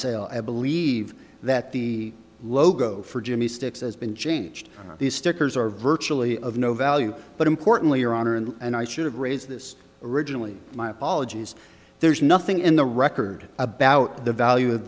sale i believe that the logo for jimmy sticks as been changed these stickers are virtually of no value but importantly your honor and i should raise this originally my apologies there's nothing in the record about the value of